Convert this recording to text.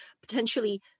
potentially